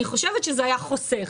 אני חושבת שזה היה חוסך,